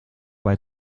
bei